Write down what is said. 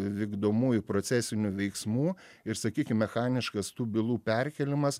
vykdomųjų procesinių veiksmų ir sakykim mechaniškas tų bylų perkėlimas